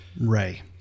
Ray